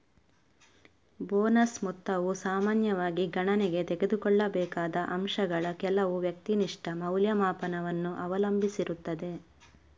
bonus ಮೊತ್ತವು ಸಾಮಾನ್ಯವಾಗಿ ಗಣನೆಗೆ ತೆಗೆದುಕೊಳ್ಳಬೇಕಾದ ಅಂಶಗಳ ಕೆಲವು ವ್ಯಕ್ತಿನಿಷ್ಠ ಮೌಲ್ಯಮಾಪನವನ್ನು ಅವಲಂಬಿಸಿರುತ್ತದೆ